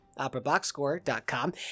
operaboxscore.com